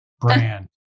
brand